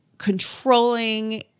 controlling